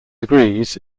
degrees